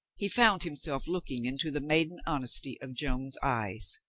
he found himself looking into the maiden honesty of joan's eyes.